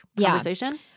conversation